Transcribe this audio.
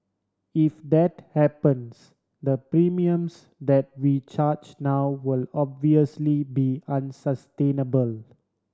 if that happens the premiums that we charge now will obviously be unsustainable